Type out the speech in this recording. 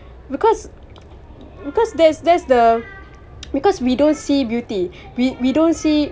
because because there's there's the because we don't see beauty we we don't see